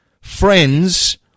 FRIENDS